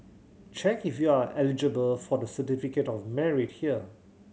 check if you are eligible for the Certificate of Merit here